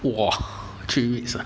!wah! three weeks ah